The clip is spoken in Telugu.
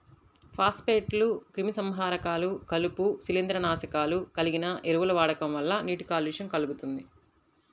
ఫాస్ఫేట్లు, క్రిమిసంహారకాలు, కలుపు, శిలీంద్రనాశకాలు కలిగిన ఎరువుల వాడకం వల్ల నీటి కాలుష్యం కల్గుతుంది